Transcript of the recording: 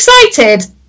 excited